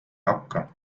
hakka